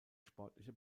sportliche